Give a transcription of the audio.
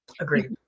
Agreed